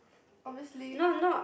obviously